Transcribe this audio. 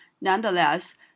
Nonetheless